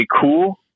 cool